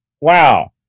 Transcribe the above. Wow